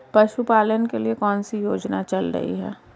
पशुपालन के लिए कौन सी योजना चल रही है?